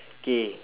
okay